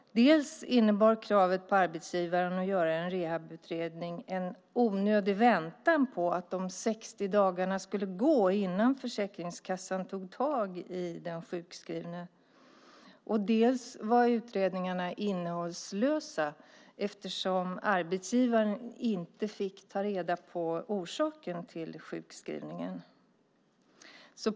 Dels innebar kravet på arbetsgivaren att göra en rehabutredning en onödig väntan på att de 60 dagarna skulle gå innan Försäkringskassan tog tag i den sjukskrivne, dels var utredningarna innehållslösa eftersom arbetsgivaren inte fick ta reda på orsaken till sjukskrivningen.